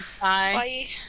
Bye